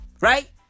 right